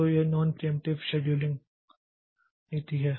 तो यह non preemptive scheduling नीति है